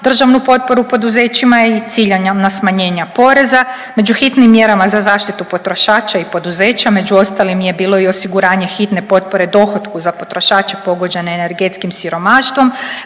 državnu potporu poduzećima i ciljana smanjenja poreza. Među hitnim mjerama za zaštitu potrošača i poduzeća među ostalim je bilo i osiguranje hitne potpore dohotku za potrošače pogođene energetskim siromaštvom